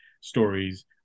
stories